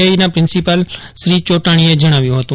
I principal Shri ચોદ્દાણીએ જણાવ્યું હતું